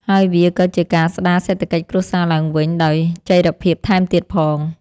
ហើយវាក៏ជាការស្តារសេដ្ឋកិច្ចគ្រួសារឡើងវិញដោយចីរភាពថែមទៀតផង។